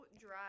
dry